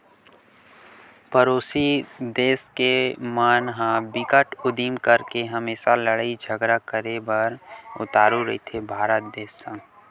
परोसी देस के मन ह बिकट उदिम करके हमेसा लड़ई झगरा करे बर उतारू रहिथे भारत देस संग